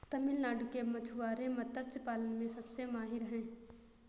तमिलनाडु के मछुआरे मत्स्य पालन में सबसे माहिर हैं